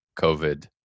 COVID